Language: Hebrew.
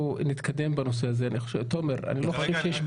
אנחנו מחדשים את ישיבת